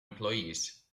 employees